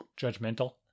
judgmental